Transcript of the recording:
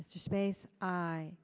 mr space i